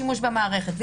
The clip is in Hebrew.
במערכת,